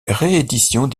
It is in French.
rééditions